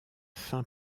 fin